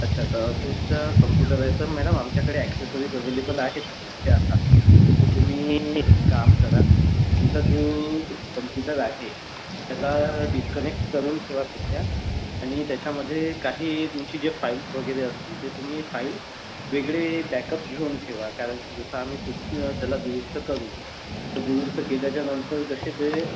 अच्छा असूसचा कम्प्युटर आहे तर मॅडम आमच्याकडे ॲक्सेसरीज अवेलेबल आहेत अजून त्यात तर तुम्ही एक काम करा तुमचा जो कम्प्युटर आहे त्याला डिस्कनेक्ट करून ठेवा सध्या आणि त्याच्यामध्ये काही तुमची जे फाइल्स वगैरे असतील ते तुम्ही फाइल वेगळे बॅकअप घेऊन ठेवा कारण की जसं आम्ही सु त्याला दुरुस्त करू त्याला तर दुरुस्त केल्याच्या नंतर जसे ते